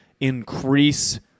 increase